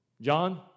John